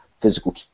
physical